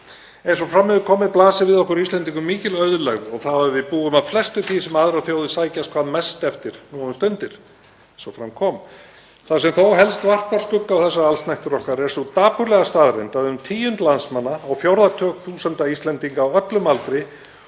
Eins og fram hefur komið blasir við okkur Íslendingum mikil auðlegð, við búum að flestu því sem aðrar þjóðir sækjast hvað mest eftir nú um stundir, eins og fram kom. Það sem þó helst varpar skugga á þær allsnægtir okkar er sú dapurlega staðreynd að um tíund landsmanna, á fjórða tug þúsunda Íslendinga á öllum aldri,